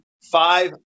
Five